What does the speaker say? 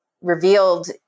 revealed